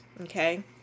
Okay